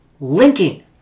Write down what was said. Linking